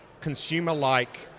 consumer-like